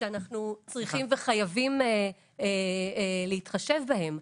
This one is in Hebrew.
שאנחנו צריכים וחייבים להתחשב בהן.